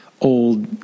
old